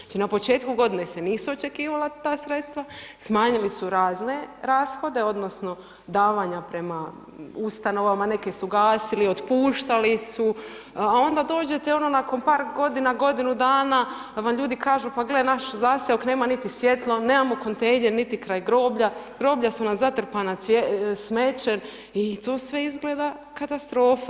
Znači na početku godine se nisu očekivala ta sredstva, smanjili su razne rashode odnosno davanja prema ustanovama, neke su gasili, otpuštali su a onda dođete nakon par godina, godinu dana vam ljudi kažu pa gle, naš zaseok nema niti svjetlo, nemamo kontejner niti kraj groblja, groblja su nam zatrpana smećem i to sve izgleda katastrofa.